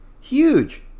huge